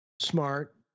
Smart